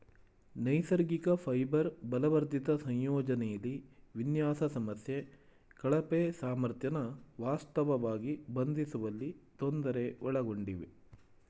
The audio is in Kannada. ನೈಸರ್ಗಿಕ ಫೈಬರ್ ಬಲವರ್ಧಿತ ಸಂಯೋಜನೆಲಿ ವಿನ್ಯಾಸ ಸಮಸ್ಯೆ ಕಳಪೆ ಸಾಮರ್ಥ್ಯನ ವಾಸ್ತವವಾಗಿ ಬಂಧಿಸುವಲ್ಲಿ ತೊಂದರೆ ಒಳಗೊಂಡಿವೆ